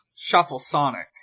ShuffleSonic